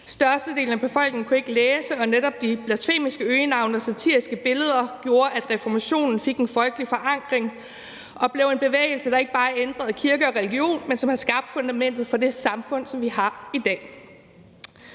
Størstedelen af befolkningen kunne ikke læse, og netop de blasfemiske øgenavne og satiriske billeder gjorde, at reformationen fik en folkelig forankring og blev en bevægelse, der ikke bare ændrede kirke og religion, men skabte fundamentet for det samfund, som vi har i dag.